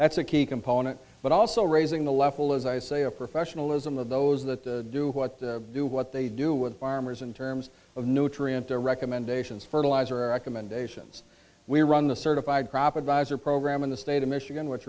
that's a key component but also raising the level as i say of professionalism of those that do what they do what they do with farmers in terms of nutrient their recommendations fertilizer i commend ations we run the certified crop advisor program in the state of michigan which